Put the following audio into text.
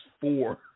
four